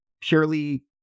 purely